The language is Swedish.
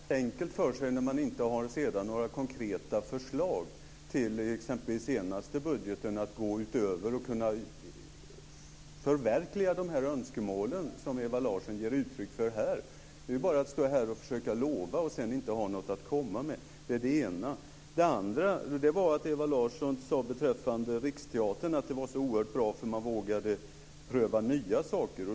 Fru talman! Man gör det ju väldigt enkelt för sig när man inte har några konkreta förslag t.ex. när det gäller den senaste budgeten, att gå utöver och kunna förverkliga de önskemål som Ewa Larsson ger uttryck för här. Hon står bara här och försöker lova och har sedan inget att komma med. Det är en sak. En annan sak är att Ewa Larsson sade att Riksteatern var så oerhört bra, eftersom man vågade pröva nya saker.